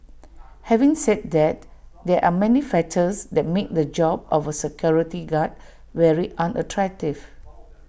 having said that there are many factors that make the job of A security guard very unattractive